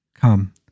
Come